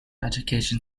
education